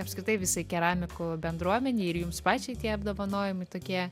apskritai visai keramikų bendruomenei ir jums pačiai tie apdovanojimai tokie